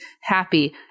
happy